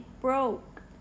broke